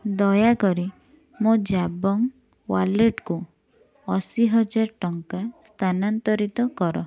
ଦୟାକରି ମୋ ଜାବଙ୍ଗ୍ ୱାଲେଟକୁ ଅଶୀହଜାର ଟଙ୍କା ସ୍ଥାନାନ୍ତରିତ କର